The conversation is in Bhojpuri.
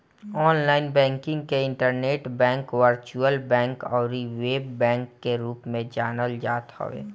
ऑनलाइन बैंकिंग के इंटरनेट बैंक, वर्चुअल बैंक अउरी वेब बैंक के रूप में जानल जात हवे